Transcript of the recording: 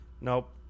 Nope